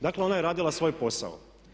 Dakle ona je radila svoj posao.